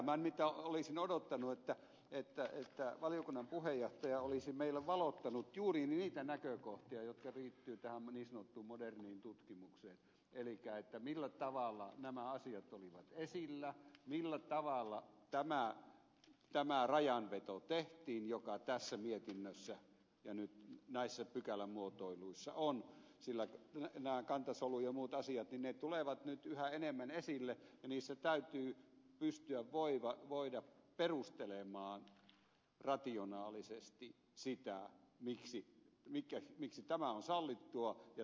minä nimittäin olisin odottanut että valiokunnan puheenjohtaja olisi meille valottanut juuri niitä näkökohtia jotka liittyvät tähän niin sanottuun moderniin tutkimukseen elikkä millä tavalla nämä asiat olivat esillä millä tavalla tämä rajanveto tehtiin joka tässä mietinnössä ja nyt näissä pykälämuotoiluissa on sillä nämä kantasolu ja muut asiat tulevat nyt yhä enemmän esille ja niissä täytyy pystyä perustelemaan rationaalisesti sitä miksi tämä on sallittua ja tuo on rangaistavaa